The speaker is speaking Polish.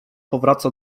powraca